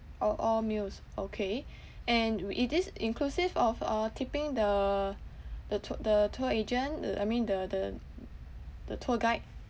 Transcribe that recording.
orh all meals okay and it is inclusive of uh tipping the the tou~ the tour agent uh I mean the the the tour guide